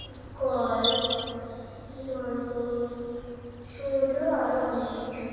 call নলকূপ সমুদ্র আরও অনেক কিছু